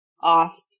off